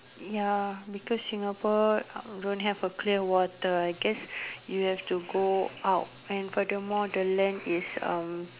ya because Singapore don't have a clear water I guess you have to go out and furthermore the land is uh